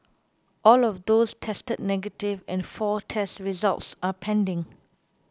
all of those tested negative and four test results are pending